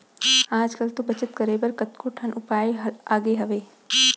आज कल तो बचत करे बर कतको ठन उपाय आगे हावय